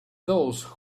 those